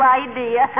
idea